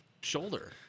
shoulder